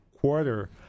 quarter